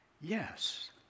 Yes